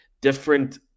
Different